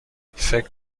فکر